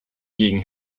gegen